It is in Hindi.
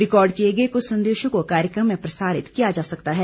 रिकॉर्ड किए गए कुछ संदेशों को कार्यक्रम में प्रसारित किया जा सकता है